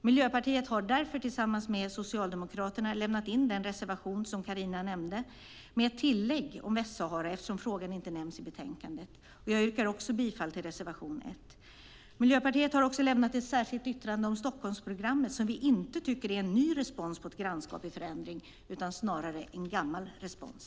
Miljöpartiet har därför tillsammans med Socialdemokraterna en reservation, som Carin Hägg nämnde, med ett tillägg om Västsahara eftersom frågan inte nämns i utlåtandet. Jag yrkar bifall till reservation 1. Miljöpartiet har också ett särskilt yttrande om Stockholmsprogrammet som vi inte tycker är en ny "respons på ett grannskap i förändring", snarare en gammal respons.